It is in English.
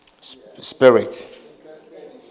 spirit